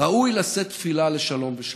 ראוי לשאת תפילה לשלום ושלווה,